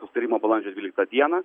susitarimo balandžio dvyliktą dieną